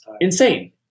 Insane